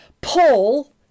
Paul